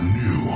new